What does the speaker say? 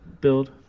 build